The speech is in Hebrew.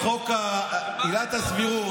האמת היא שכשחוקקו, הגישו, את חוק עילת הסבירות,